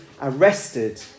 arrested